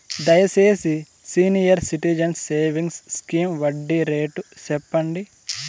దయచేసి senior citizens savings scheme వడ్డీ rate సెప్పండి